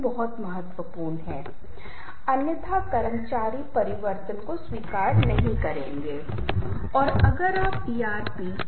यह बहुत महत्वपूर्ण है और रखरखाव की इस प्रक्रिया में हमारे संचार व्यवहार को निश्चित रूप से बनाए रखना बहुत महत्वपूर्ण भूमिका निभाता है